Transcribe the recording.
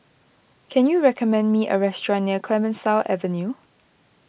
can you recommend me a restaurant near Clemenceau Avenue